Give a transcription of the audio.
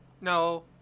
No